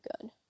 good